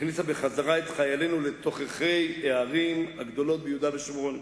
הכניסה בחזרה את חיילינו לתוככי הערים הגדולות ביהודה ושומרון,